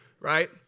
right